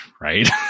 right